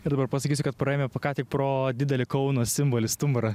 ir dabar pasakysiu kad praėjome po ką tik pro didelį kauno simbolį stumbrą